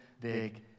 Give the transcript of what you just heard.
big